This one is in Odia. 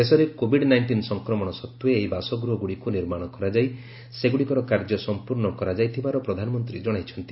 ଦେଶରେ କୋବିଡ୍ ନାଇଷ୍ଟିନ୍ ସଂକ୍ରମଣ ସତ୍ତ୍ୱେ ଏହି ବାସଗୃହଗୁଡ଼ିକୁ ନିର୍ମାଣ କରାଯାଇ ସେଗୁଡ଼ିକର କାର୍ଯ୍ୟ ସମ୍ପୂର୍ଣ୍ଣ କରାଯାଇଥିବାର ପ୍ରଧାନମନ୍ତ୍ରୀ ଜଣାଇଛନ୍ତି